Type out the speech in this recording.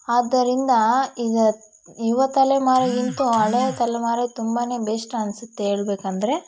ಆದ್ದರಿಂದ ಇದು ಯುವ ತಲೆಮಾರಿಗಿಂತ್ಲೂ ಹಳೆಯ ತಲೆಮಾರೇ ತುಂಬಾನೆ ಬೆಸ್ಟ್ ಅನಿಸುತ್ತೆ ಹೇಳಬೇಕೆಂದರೆ